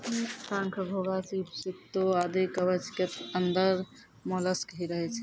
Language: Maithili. शंख, घोंघा, सीप, सित्तू आदि कवच के अंदर मोलस्क ही रहै छै